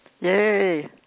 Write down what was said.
Yay